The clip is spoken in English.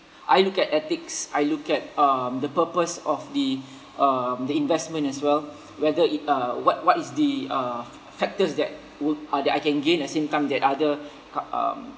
I look at ethics I look at um the purpose of the um the investment as well whether it uh what what is the uh factors that would uh that I can gain as income that other co~ um